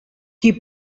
qui